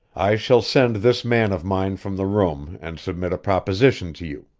i shall send this man of mine from the room and submit a proposition to you.